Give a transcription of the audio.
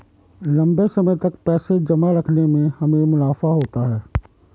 लंबे समय तक पैसे जमा रखने से हमें मुनाफा होता है